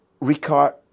Ricard